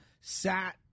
sat